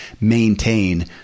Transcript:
maintain